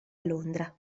londra